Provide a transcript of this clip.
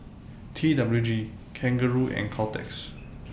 T W G Kangaroo and Caltex